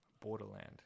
Borderland